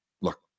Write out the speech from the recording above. Look